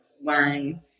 learn